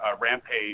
rampage